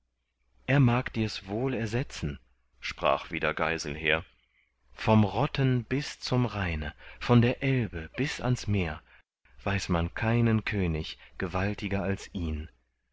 er mag dir's wohl ersetzen sprach wieder geiselher vom rotten bis zum rheine von der elbe bis ans meer weiß man keinen könig gewaltiger als ihn